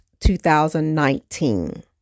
2019